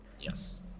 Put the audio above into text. Yes